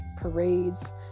parades